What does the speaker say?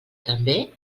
també